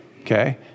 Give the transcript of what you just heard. okay